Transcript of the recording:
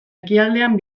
ekialdean